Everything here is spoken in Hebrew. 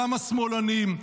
גם השמאלנים,